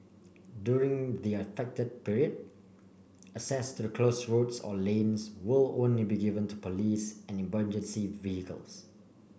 during the affected period access to the close roads or lanes will only be given to police and emergency vehicles